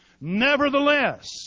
nevertheless